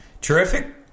Terrific